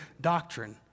doctrine